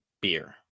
beer